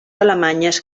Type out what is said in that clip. alemanyes